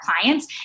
clients